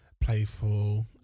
playful